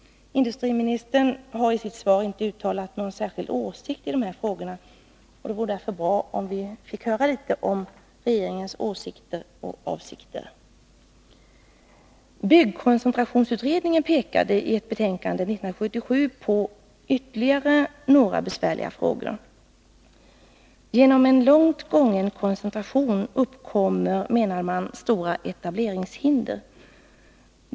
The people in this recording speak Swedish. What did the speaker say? Industriministern har i sitt svar inte uttalat någon särskild åsikt i de här frågorna. Det vore därför bra om vi fick höra litet om regeringens åsikter och avsikter. Byggkoncentrationsutredningen pekade i ett betänkande 1977 på ytterligare några besvärliga frågor. Genom en långt gången koncentration uppkommer, menade man, stora etableringshinder.